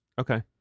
Okay